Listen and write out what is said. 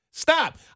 Stop